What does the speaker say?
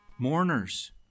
Mourners